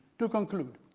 to conclude,